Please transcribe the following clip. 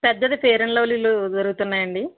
పెద్దది fair and లవ్లీలు దొరుకుతున్నాయండి